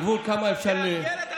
גבול כמה אפשר, תאתגר את עצמך.